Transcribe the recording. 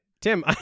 tim